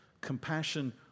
Compassion